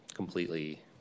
completely